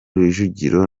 rujugiro